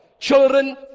children